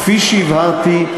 כפי שהבהרתי,